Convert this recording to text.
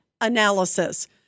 analysis